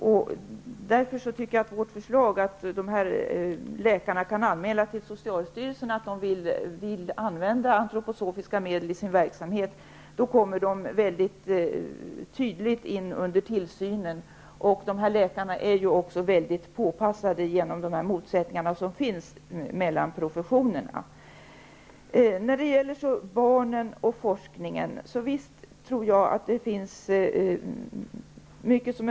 Jag tycker därför att vårt förslag att läkarna kan anmäla till socialstyrelsen att de vill använda antroposofiska medel i sin verksamhet gör att de mycket tydligt kommer med i tillsynen. Dessa läkare är också mycket påpassade på grund av de motsättningar som finns mellan professionerna. Jag tror visst att det finns mycket som är bra beträffande forskningen med barn.